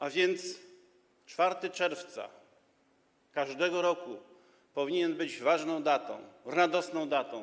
A więc 4 czerwca każdego roku powinien być ważną datą, radosną datą.